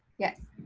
yes.